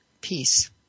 peace